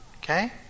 Okay